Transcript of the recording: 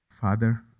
Father